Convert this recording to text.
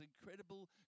incredible